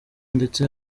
ndetse